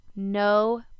no